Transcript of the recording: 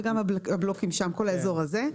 וגם הבלוקים שם, כל האזור הזה.